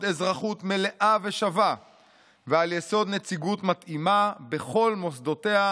אזרחות מלאה ושווה ועל יסוד נציגות מתאימה בכל מוסדותיה,